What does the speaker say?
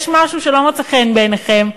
יש משהו שלא מוצא חן בעיניכם?